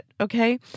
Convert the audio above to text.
Okay